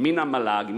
מן המל"ג,